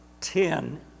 ten